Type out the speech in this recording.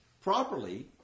properly